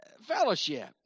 fellowship